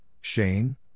Shane